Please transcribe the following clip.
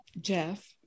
jeff